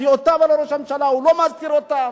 דעותיו על ראש הממשלה, הוא לא מסתיר אותן.